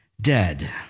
dead